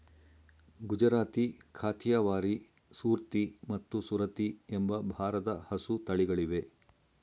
ಗುಜರಾತಿ, ಕಾಥಿಯವಾರಿ, ಸೂರ್ತಿ ಮತ್ತು ಸುರತಿ ಎಂಬ ಭಾರದ ಹಸು ತಳಿಗಳಿವೆ